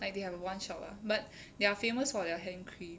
like they have one shop lah but they are famous for their hand cream